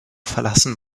verlassen